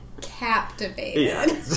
captivated